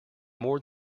more